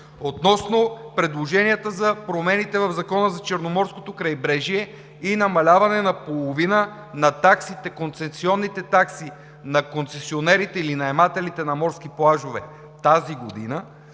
Относно предложенията за промените в Закона за Черноморското крайбрежие и намаляване на половина на концесионните такси на концесионерите или на наемателите на морски плажове тази година.